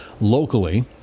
locally